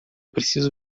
preciso